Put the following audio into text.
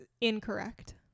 incorrect